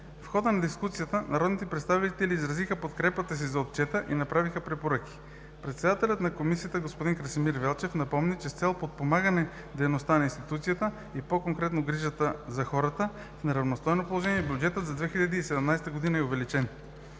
В хода на дискусията, народните представители изразиха подкрепата си за Отчета и отправиха препоръки. Председателят на Комисията Красимир Велчев напомни, че с цел подпомагане дейността на институцията и по-конкретно грижата за хората в неравностойно положение, бюджетът за 2017 г. е увеличен.